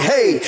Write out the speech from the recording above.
Hey